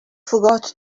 forgot